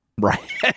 Right